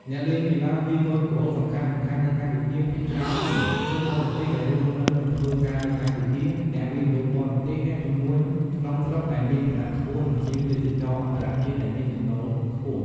អ្នកលេងកីឡាវាយកូនហ្គោលសំខាន់ៗនៅកម្ពុជាភាគច្រើនជា ជនបរទេសដែលរស់នៅនិងធ្វើការនៅកម្ពុជា អ្នកវិនិយោគបរទេស អ្នកជំនួញក្នុងស្រុកដែលមានឋានៈខ្ពស់ និងភ្ញៀវទេសចរអន្តរជាតិដែលមានចំណូលខ្ពស់។